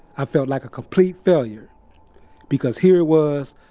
i felt like a complete failure because here it was.